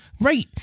Right